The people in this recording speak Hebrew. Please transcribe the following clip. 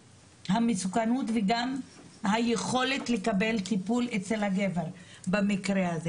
המסוכנות וגם את היכולת של הגבר לקבל טיפול במקרה זה.